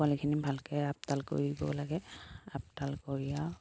পোৱালিখিনি ভালকে আপদাল কৰিব লাগে আপদাল কৰি আৰু